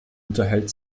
unterhält